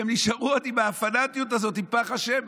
והם נשארו עוד עם הפנאטיות הזאת עם פך השמן.